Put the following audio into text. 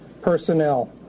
personnel